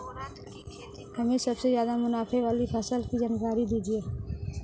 हमें सबसे ज़्यादा मुनाफे वाली फसल की जानकारी दीजिए